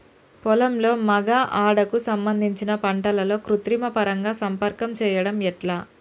పొలంలో మగ ఆడ కు సంబంధించిన పంటలలో కృత్రిమ పరంగా సంపర్కం చెయ్యడం ఎట్ల?